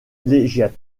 populaire